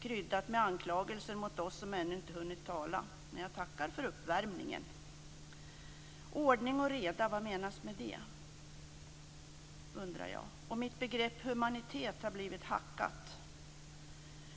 kryddat med anklagelser mot oss som ännu inte har hunnit tala. Men jag tackar för uppvärmningen. Vad menas med ordning och reda? Och mitt begrepp humanitet har blivit hackat.